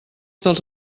dels